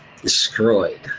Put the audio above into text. destroyed